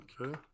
Okay